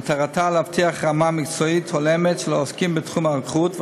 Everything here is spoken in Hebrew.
ומטרתה להבטיח רמה מקצועית הולמת של העוסקים בתחום הרוקחות,